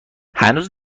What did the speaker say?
هنوز